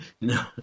No